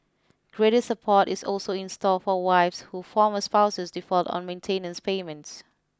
greater support is also in store for wives who former spouses default on maintenance payments